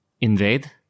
invade